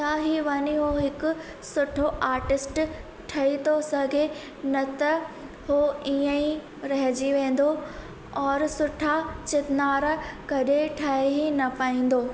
त हीउ वञी हू हिकु सुठो आर्टिस्ट ठही थो सघे न त हू ईअं ई रहिजी वेंदो और सुठा चितनार कॾहिं ठही ई न पाईंदो